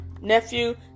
nephew